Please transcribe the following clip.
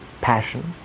passion